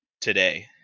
today